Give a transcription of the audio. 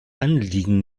anliegen